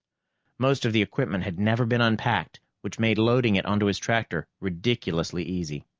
most of the equipment had never been unpacked, which made loading it onto his tractor ridiculously easy.